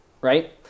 right